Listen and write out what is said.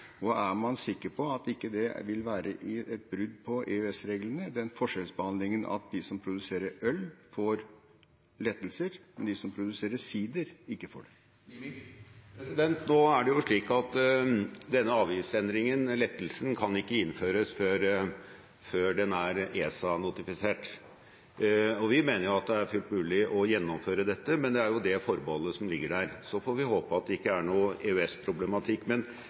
Er man sikker på at denne forskjellsbehandlingen ikke vil være et brudd på EØS-reglene – at de som produserer øl, får lettelser, mens de som produserer sider, ikke får det? Denne avgiftsendringen, lettelsen, kan ikke innføres før den er ESA-notifisert. Vi mener at det er fullt mulig å gjennomføre dette, men det er det forbeholdet som ligger der. Så får vi håpe at det ikke er